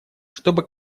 чтобы